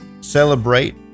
celebrate